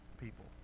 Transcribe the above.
people